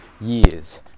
years